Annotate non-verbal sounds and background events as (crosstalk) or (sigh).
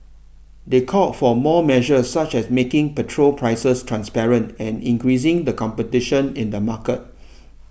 they called for more measures such as making petrol prices transparent and increasing the competition in the market (noise)